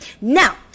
Now